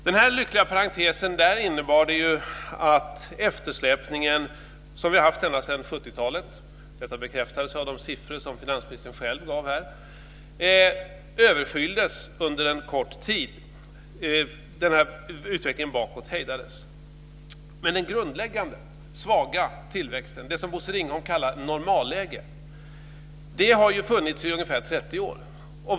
Den här lyckliga parentesen innebar att eftersläpningen, som vi haft ända sedan 70-talet och som bekräftades av de siffror som finansministern själv gav här, överfylldes under en kort tid och utvecklingen bakåt hejdades. Men den grundläggande svaga tillväxten, den som Bosse Ringholm kallar normalläge, har funnits i ungefär 30 år.